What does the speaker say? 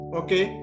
okay